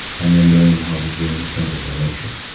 and then learning how to gain a sense of direction.